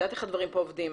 יודעת איך הדברים פה עובדים.